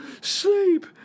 sleep